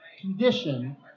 condition